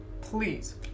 please